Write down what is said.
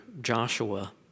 Joshua